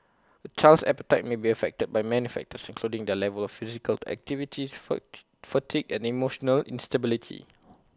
A child's appetite may be affected by many factors including their level of physical activities fatigue and emotional instability